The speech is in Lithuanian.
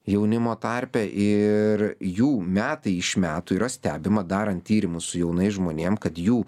jaunimo tarpe ir jų metai iš metų yra stebima darant tyrimus su jaunais žmonėm kad jų